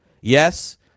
Yes